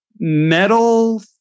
Metal